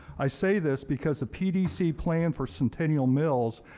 i say this because pdc plan for send tellial mills,